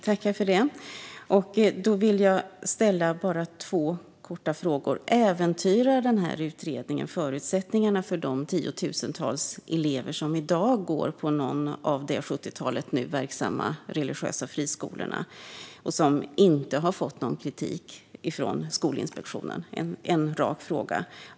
Herr ålderspresident! Jag vill ställa två korta frågor. Äventyrar den här utredningen förutsättningarna för de tiotusentals elever som i dag går på någon av de sjuttiotalet nu verksamma religiösa friskolor som inte har fått någon kritik från Skolinspektionen? Det är en rak fråga.